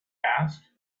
asked